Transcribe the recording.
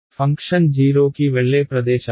function 0 కి వెళ్లే ప్రదేశాలు